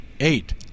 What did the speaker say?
eight